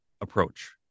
approach